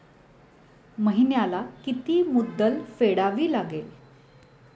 महिन्याला किती मुद्दल फेडावी लागेल?